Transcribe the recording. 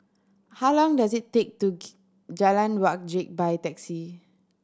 how long does it take to Jalan Wajek by taxi